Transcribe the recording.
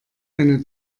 eine